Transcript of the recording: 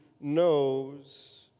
knows